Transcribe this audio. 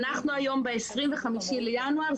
אנחנו היום ב-25 בינואר,